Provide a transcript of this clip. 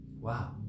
wow